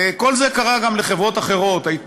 כל זה קרה גם לחברות אחרות.